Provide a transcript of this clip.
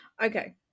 Okay